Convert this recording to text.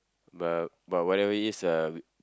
but but whatever it is uh